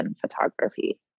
photography